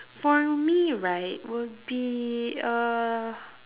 for me right will be uh